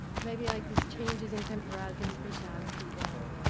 maybe like this changes in temporality and spaciality and